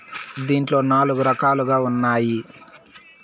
దీంట్లో నాలుగు రకాలుగా ఉన్నాయి